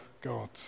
God